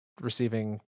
receiving